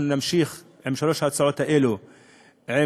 אנחנו נמשיך עם שלוש ההצעות האלה בדיונים